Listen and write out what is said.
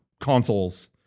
consoles